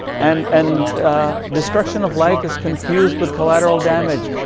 and and destruction of life is confused with collateral damage.